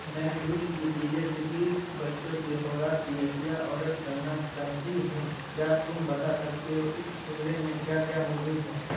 میں دودھ کی چیزیں کوکیز بچوں کی خوراک کی اشیاء آڈر کرنا چاہتی ہوں کیا تم بتا سکتے ہو اس زمرے میں کیا کیا موجود ہے